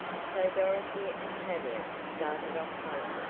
so dorothy and tavia started off homeward,